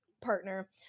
partner